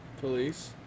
police